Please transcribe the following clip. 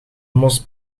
mos